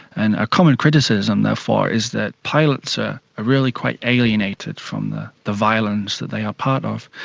and a common criticism therefore is that pilots are really quite alienated from the the violence that they are part of.